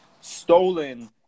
stolen